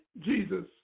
Jesus